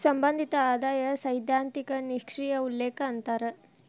ಸಂಬಂಧಿತ ಆದಾಯ ಸೈದ್ಧಾಂತಿಕ ನಿಷ್ಕ್ರಿಯ ಉಲ್ಲೇಖ ಅಂತಾರ